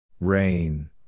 Rain